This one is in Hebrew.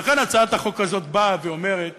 הצעת החוק הזאת באה ואומרת